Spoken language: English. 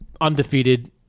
undefeated